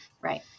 Right